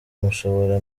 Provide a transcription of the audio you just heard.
mushobora